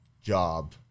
job